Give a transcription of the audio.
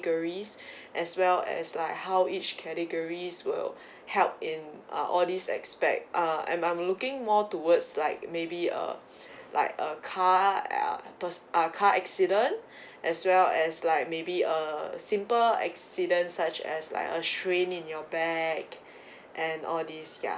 as well as like how each categories will help in uh all these aspect uh I'm looking more towards like maybe uh like a car uh per~ car accident as well as like maybe a simple accidents such as like a strain in your back and all these ya